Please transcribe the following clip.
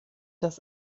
das